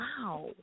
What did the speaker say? wow